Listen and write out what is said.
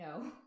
no